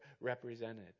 represented